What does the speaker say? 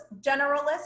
generalist